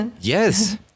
Yes